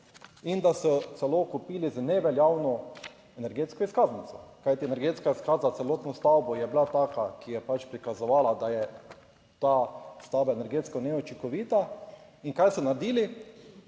in da so celo kupili z neveljavno energetsko izkaznico. Kajti, energetska izkaza celotno stavbo je bila taka, ki je pač prikazovala, da je ta stavba energetsko neučinkovita. In kaj so naredili?